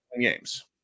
games